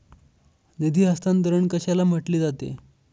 निधी हस्तांतरण कशाला म्हटले जाते?